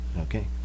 Okay